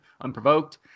unprovoked